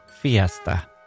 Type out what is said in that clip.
fiesta